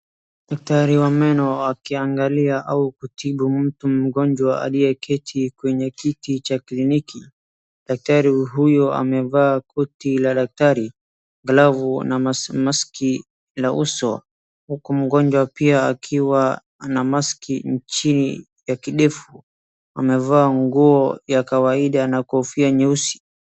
Dakitari wa meno akiangalia au kutibu mtu mgonjwa aliyeketi kwenye kiti cha kliniki. Dakitari huyo amevaa koti la dakitari, glovu na mask la uso huku mgonjwa pia akiwa ana mask chini ya kidevu. Amevaa nguo za kawaida na kofia nyeusi.